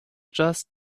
just